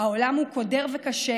העולם הוא קודר וקשה.